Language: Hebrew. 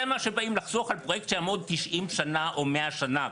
זה מה שבאים לחסוך על פרויקט שיעמוד 90 שנה או 100 שנה.